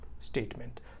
statement